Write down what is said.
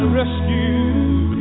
rescue